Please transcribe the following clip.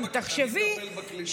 גם תחשבי, אני מטפל בקליטה, אני מטפל.